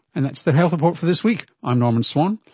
and that's the health report for this week. i'm norman swan,